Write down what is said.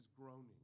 groaning